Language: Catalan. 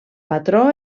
patró